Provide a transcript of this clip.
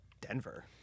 Denver